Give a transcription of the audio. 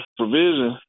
provision